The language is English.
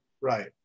right